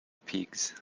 pigs